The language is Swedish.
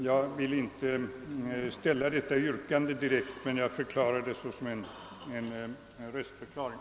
Jag vill inte ställa detta yrkande direkt, men jag nämner detta såsom en röstförklaring.